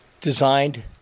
Designed